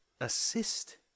assist